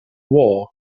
war